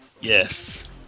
Yes